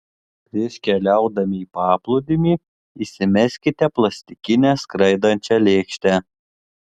prieš keliaudami į paplūdimį įsimeskite plastikinę skraidančią lėkštę